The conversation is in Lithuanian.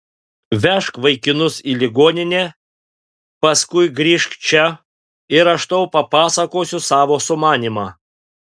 vežk vaikinus į ligoninę paskui grįžk čia ir aš tau papasakosiu savo sumanymą